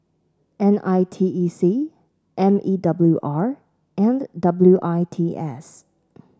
N I T E C M E W R and W I T S